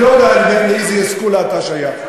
אני לא יודע לאיזו אסכולה אתה שייך,